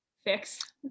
fix